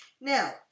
Now